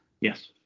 Yes